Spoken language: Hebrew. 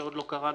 שעוד לא קראנו,